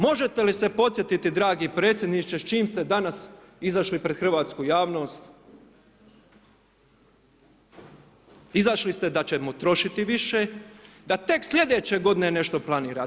Možete li se podsjetiti dragi predsjedniče s čim ste danas izašli pred hrvatsku javnost, izašli ste da ćemo trošiti više, da tek sljedeće g. nešto planirate.